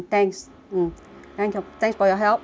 mm thanks thanks for your help mm